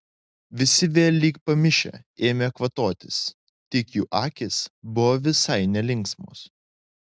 visi vėl lyg pamišę ėmė kvatotis tik jų akys buvo visai nelinksmos